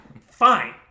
Fine